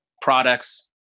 products